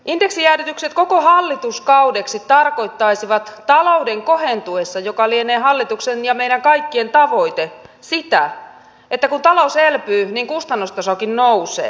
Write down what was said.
indeksijäädytykset koko hallituskaudeksi tarkoittaisivat talouden kohentuessa mikä lienee hallituksen ja meidän kaikkien tavoite sitä että kun talous elpyy niin kustannustasokin nousee